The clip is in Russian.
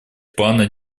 плана